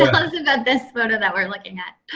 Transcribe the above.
us about this photo that we're looking at.